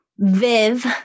VIV